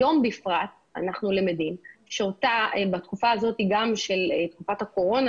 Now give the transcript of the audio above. אנחנו למדים שבתקופה הזאת שנקראת תקופת הקורונה,